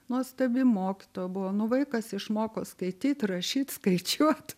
nuostabi mokytoja buvo nu vaikas išmoko skaityt rašyt skaičiuot